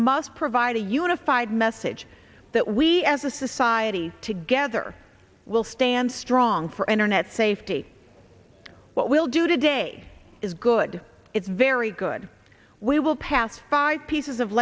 must provide a unified message that we as a society together will stand strong for internet safety what we'll do today is good it's very good we will pass five pieces of